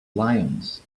lions